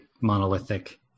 monolithic